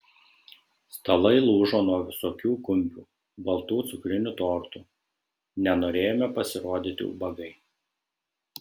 stalai lūžo nuo visokių kumpių baltų cukrinių tortų nenorėjome pasirodyti ubagai